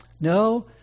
No